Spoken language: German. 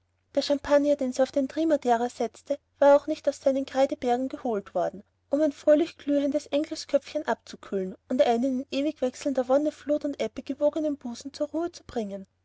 der champagner den sie auf den trimadeira setzte war auch nicht aus seinen kreidebergen geholt worden um ein fröhlichglühendes engelsköpfchen abzukühlen und einen in ewigwechselnder wonne flut und ebbe wogenden busen zur ruhe zu bringen